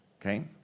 Okay